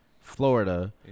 Florida